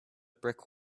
brick